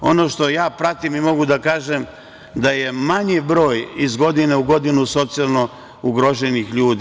Ono što ja pratim i mogu da kažem da je manji broj iz godine u godinu socijalno ugroženih ljudi.